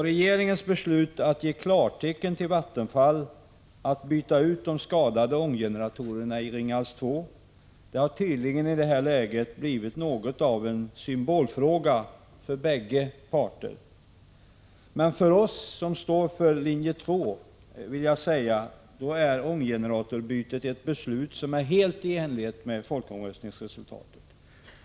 Regeringens beslut att ge klartecken till Vattenfall att byta ut de skadade ånggeneratorerna i Ringhals 2 har tydligen i det här läget blivit något av en symbolfråga för bägge parter. Men för oss som står för linje 2 är beslutet om ånggeneratorbytet helt i linje med folkomröstningsresultatet.